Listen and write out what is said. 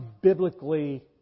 biblically